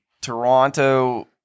Toronto